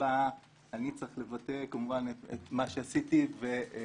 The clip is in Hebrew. שבה אני צריך לבטא כמובן את מה שעשיתי ולעמוד